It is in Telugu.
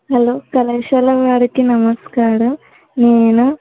హలో కళాశాల వారికి నమస్కారం నేను